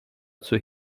zur